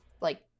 Like-